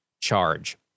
charge